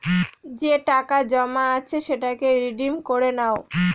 যে টাকা জমা আছে সেটাকে রিডিম করে নাও